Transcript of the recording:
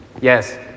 Yes